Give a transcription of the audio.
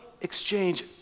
exchange